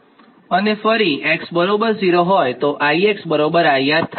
અને ફરી x0 હોય તો I IR થાય